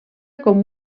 com